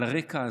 על הרקע הזה,